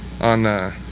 on